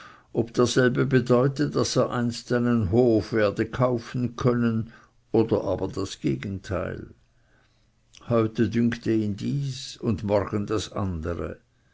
ob derselbe bedeute daß er einst einen hof werde kaufen können oder aber das gegenteil heute dünkte ihn dies und morgen das andere